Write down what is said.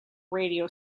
radio